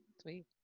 Sweet